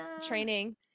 training